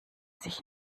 sich